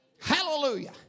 Hallelujah